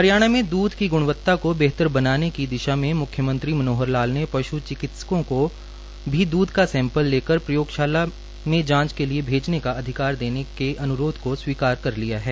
हरियाणा में द्रध की ग्रणवत्ता को बेहतर बनाने की दिशा में म्ख्यमंत्री मनोहर लाल ने पश् चिकित्सकों को भी द्रध का सैंपल लेकर प्रयोगशाला में जांच के लिए भेजने का अधिकार देने के अन्रोध को स्वीकार किया है